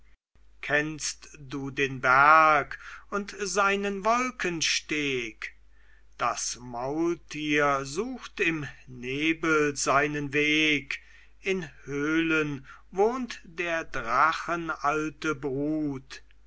kennst du den berg und seinen wolkensteg das maultier sucht im nebel seinen weg in höhlen wohnt der drachen alte brut